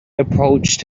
approached